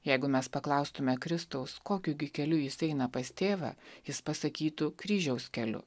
jeigu mes paklaustume kristaus kokiu gi keliu jis eina pas tėvą jis pasakytų kryžiaus keliu